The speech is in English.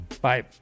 Bye